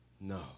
no